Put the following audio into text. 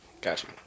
gotcha